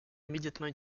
immédiatement